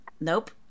Nope